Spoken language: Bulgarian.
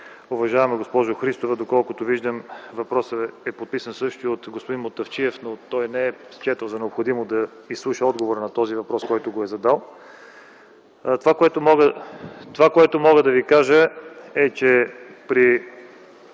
уважаема госпожо Христова! Доколкото виждам, въпросът е подписан също и от господин Мутафчиев, но той не е счел за необходимо да изслуша отговора на този въпрос, който е задал. Това, което мога да Ви кажа е, че според